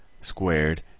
squared